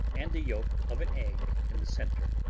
and the yolk of an egg in the center.